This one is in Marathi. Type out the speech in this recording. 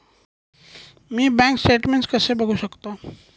मी बँक स्टेटमेन्ट कसे बघू शकतो?